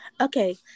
Okay